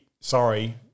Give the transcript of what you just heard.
Sorry